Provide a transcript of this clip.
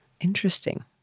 interesting